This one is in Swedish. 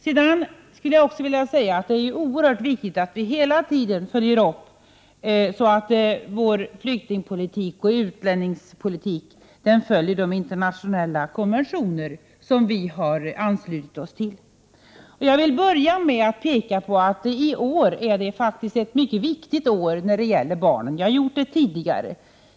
Jag skulle också vilja säga att det är oerhört viktigt att vi hela tiden följer upp praxis, så att vår flyktingpolitik och utlänningspolitik följer de internationella konventioner som vi har anslutit oss till. Jag vill börja med att påpeka att det i år faktiskt är ett mycket viktigt år när det gäller barnen. Det har jag sagt tidigare.